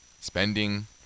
Spending